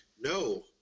no